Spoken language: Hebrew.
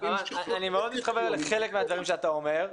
אני מאוד מתחבר לחלק מהדברים שאתה אומר,